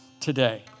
today